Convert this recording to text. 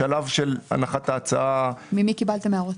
בשלב של הנחת ההצעה- -- ממי קיבלתם הערות?